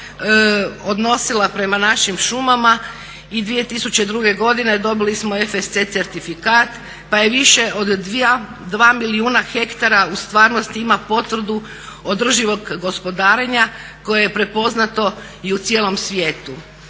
odnosila prema našim šumama i 2002. godine dobili smo FSC certifikat pa je više od 2 milijuna hektara u stvaranosti ima potvrdu održivog gospodarenja koje je prepoznato i u cijelom svijetu.